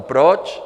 Proč?